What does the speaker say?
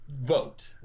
vote